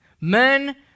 Men